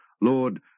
Lord